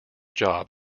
job